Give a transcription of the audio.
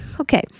Okay